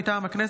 מטעם הכנסת,